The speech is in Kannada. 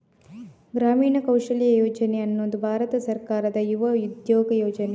ಗ್ರಾಮೀಣ ಕೌಶಲ್ಯ ಯೋಜನೆ ಅನ್ನುದು ಭಾರತ ಸರ್ಕಾರದ ಯುವ ಉದ್ಯೋಗ ಯೋಜನೆ